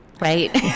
right